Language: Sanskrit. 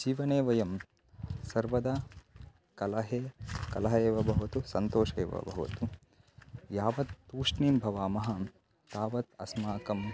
जीवने वयं सर्वदा कलहे कलहे एव भवतु सन्तोषे एव भवतु यावत् तूष्णीं भवामः तावत् अस्माकं